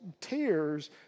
tears